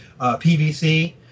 PVC